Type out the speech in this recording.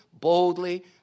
boldly